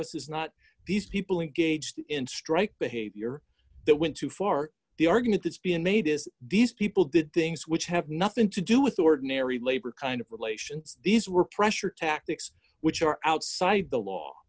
us is not these people engaged in strike behavior that went too far the argument that's being made is these people did things which have nothing to do with ordinary labor kind of relations these were pressure tactics which are outside the law